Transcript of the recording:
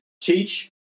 teach